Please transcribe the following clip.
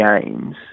Games